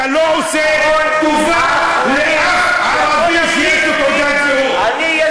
אתה לא עושה טובה לאף ערבי שיש לו תעודת זהות.